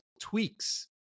tweaks